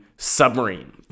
submarine